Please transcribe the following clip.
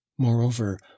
moreover